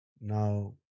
Now